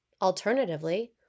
Alternatively